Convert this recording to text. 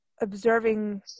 observing